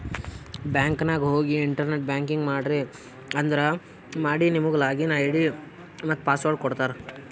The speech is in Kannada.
ಬ್ಯಾಂಕ್ ನಾಗ್ ಹೋಗಿ ಇಂಟರ್ನೆಟ್ ಬ್ಯಾಂಕಿಂಗ್ ಮಾಡ್ರಿ ಅಂದುರ್ ಮಾಡಿ ನಿಮುಗ್ ಲಾಗಿನ್ ಐ.ಡಿ ಮತ್ತ ಪಾಸ್ವರ್ಡ್ ಕೊಡ್ತಾರ್